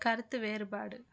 கருத்து வேறுபாடு